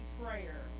prayer